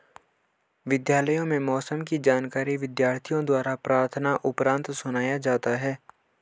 विद्यालयों में मौसम की जानकारी विद्यार्थियों द्वारा प्रार्थना उपरांत सुनाया जाता है